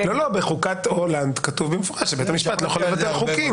בחוקת הולנד כתוב במפורש שבית המשפט לא יכול לבטל חוקים.